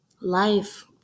life